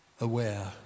aware